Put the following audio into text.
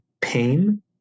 pain